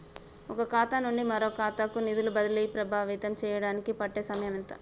ఒక ఖాతా నుండి మరొక ఖాతా కు నిధులు బదిలీలు ప్రభావితం చేయటానికి పట్టే సమయం ఎంత?